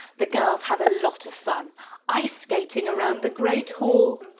the girls have a lot of fun iceskating around the great hall.